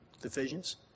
Divisions